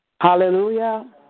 Hallelujah